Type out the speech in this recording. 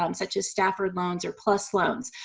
um such as stafford loans or plus loans.